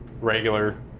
regular